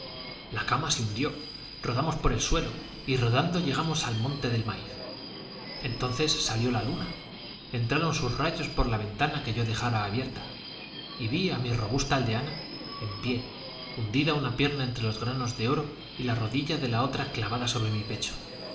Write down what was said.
la cama se hundió rodamos por el suelo y rodando llegamos al monte de maíz entonces salió la luna entraron sus rayos por la ventana que yo dejara abierta y vi a mi robusta aldeana en pie hundida una pierna entre los granos de oro y la rodilla de la otra clavada sobre mi pecho